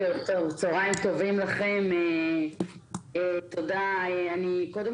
שלום לכולם, צהריים טובים לכם, תודה, אני מברת